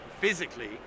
physically